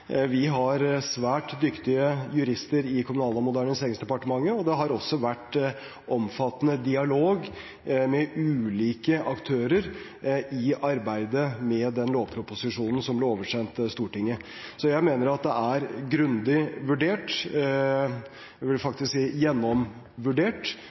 Vi har svært dyktige jurister i Kommunal- og moderniseringsdepartementet, og det har også vært omfattende dialog med ulike aktører i arbeidet med den lovproposisjonen som ble oversendt Stortinget. Så jeg mener at de ulike problemstillingene er grundig vurdert, jeg vil